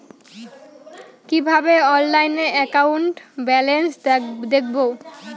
কিভাবে অনলাইনে account balance দেখবো?